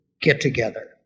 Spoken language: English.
get-together